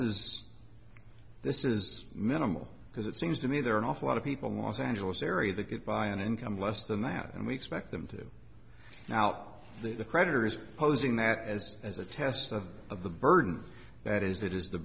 is this is minimal because it seems to me there are an awful lot of people los angeles area that get by an income less than that and we expect them to do now that the creditor is posing that as as a test of of the burden that is that is the